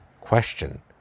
question